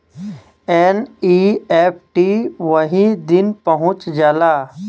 NEFT वही दिन पहुंच जाला